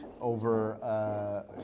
over